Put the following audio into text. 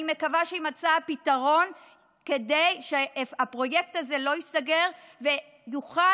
אני מקווה שיימצא הפתרון כדי שהפרויקט הזה לא ייסגר ויוכל